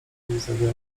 widzenia